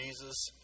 Jesus